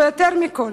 ויותר מכול,